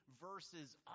verses